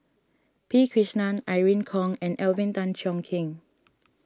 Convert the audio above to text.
P Krishnan Irene Khong and Alvin Tan Cheong Kheng